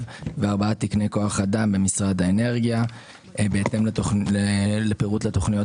ו-4 תקני כוח אדם במשרד האנרגיה בהתאם לפירוט התוכניות